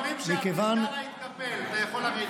אומרים שקארה התקפל, אתה יכול לרדת.